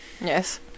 Yes